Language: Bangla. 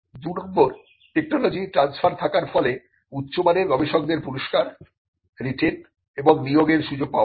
2 টেকনোলজি ট্রানস্ফার থাকার ফলে উচ্চমানের গবেষকদের পুরস্কার রিটেন এবং নিয়োগের সুযোগ পাওয়া